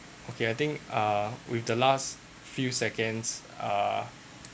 okay I think uh with the last few seconds uh